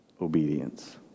obedience